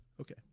Okay